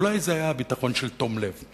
אולי זה היה ביטחון של תום לב,